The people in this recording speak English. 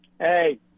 Hey